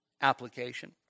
application